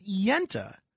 Yenta